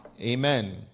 Amen